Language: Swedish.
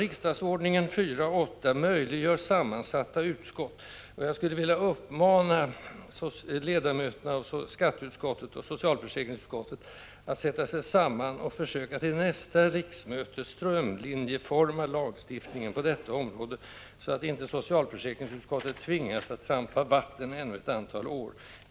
Riksdagsordningens 4 kap. 8§ möjliggör sammansatta utskott. Jag skulle vilja uppmana ledamöterna i skatteutskottet och socialförsäkringsutskottet att sätta sig samman och försöka till nästa riksmöte strömlinjeforma lagstiftningen på detta område, så att inte socialförsäkringsutskottet tvingas att trampa vatten ännu ett antal år.